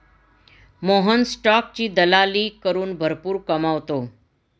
मोहन स्टॉकची दलाली करून भरपूर कमावतो